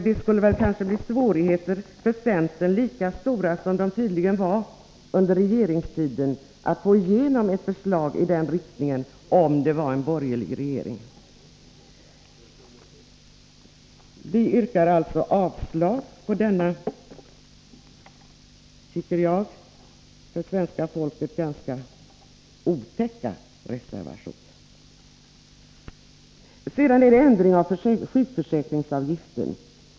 Det skulle kanske bli lika stora svårigheter för centern att få igenom det förslaget nu, om vi hade en borgerlig regering, som det tydligen var under regeringstiden. Vi yrkar alltså avslag på denna, som jag tycker, för svenska folket ganska otäcka reservation. Sedan till förslaget om en ändring av sjukförsäkringsavgiften.